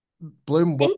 Bloom